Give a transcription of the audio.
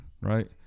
right